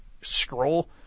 scroll